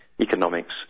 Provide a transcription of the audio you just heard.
economics